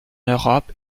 europe